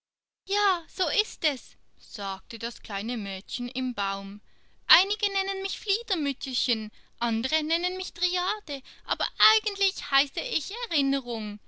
ja so ist es sagte das kleine mädchen im baum einige nennen mich fliedermütterchen andere nennen mich dryade aber eigentlich heiße ich erinnerung